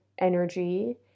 energy